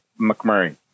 McMurray